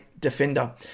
defender